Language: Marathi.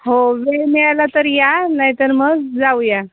हो वेळ मिळाला तर या नाही तर मग जाऊया